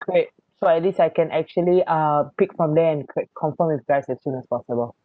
great so at least I can actually uh pick from there and cre~ confirm with you guys as soon as possible